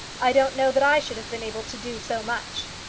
i don't know that i should have been able to do so much.